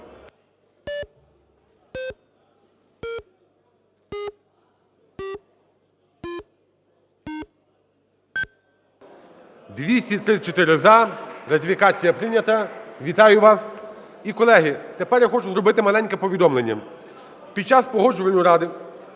За-234 Ратифікація прийнята. Вітаю вас. І, колеги, тепер я хочу зробити маленьке повідомлення. Під час Погоджувальної ради